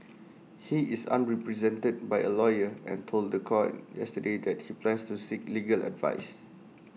he is unrepresented by A lawyer and told The Court yesterday that he plans to seek legal advice